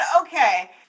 okay